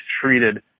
treated